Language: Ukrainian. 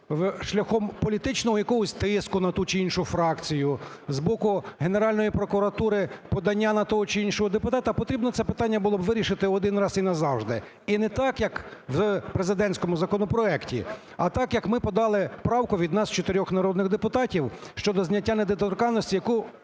шляхом політичного якогось тиску на ту чи іншу фракцію з боку Генеральної прокуратури подання на того чи іншого депутата, потрібно це питання було б вирішити один раз і назавжди. І не так, як в президентському законопроекті, а так, як ми подали правку від нас чотирьох народних депутатів щодо зняття недоторканості, яку...